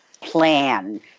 plan